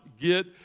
get